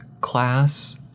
class